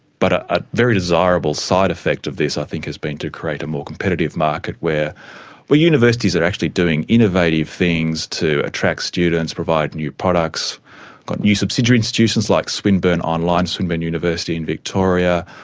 but ah a very desirable side effect of this i think has been to create a more competitive market where where universities are actually doing innovative things to attract students, provide new products. we've got new subsidiary institutions like swinburne online, swinburne university in victoria,